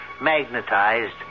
magnetized